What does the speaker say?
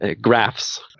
graphs